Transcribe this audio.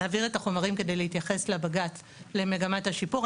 נעביר את החומרים כדי להתייחס בבג"ץ למגמת השיפור.